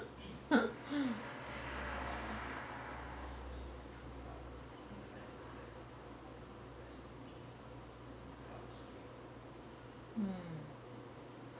mm